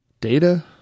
Data